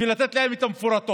בשביל לתת להם את המפורטות,